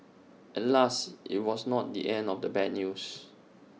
alas IT was not the end of the bad news